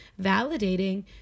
validating